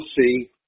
see